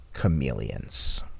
chameleons